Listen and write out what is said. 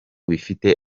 bifite